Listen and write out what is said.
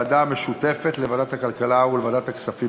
העובדה שהיום קם סגן שר האוצר בבוקר והופתע,